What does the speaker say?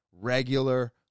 regular